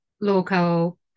local